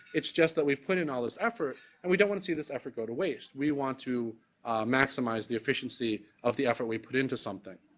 it's just that we've put in all this effort and we don't want to see this effort go to waste. we want to maximize the efficiency of the effort we put into something.